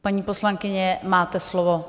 Paní poslankyně, máte slovo.